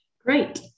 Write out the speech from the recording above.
Great